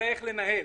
יודע איך לנהל.